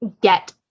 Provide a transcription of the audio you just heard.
get